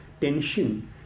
tension